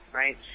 right